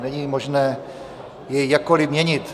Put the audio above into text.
Není možné jej jakkoliv měnit.